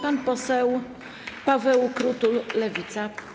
Pan poseł Paweł Krutul, Lewica.